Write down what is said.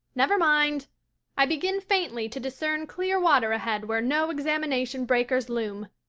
never mind i begin faintly to discern clear water ahead where no examination breakers loom.